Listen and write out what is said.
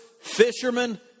fishermen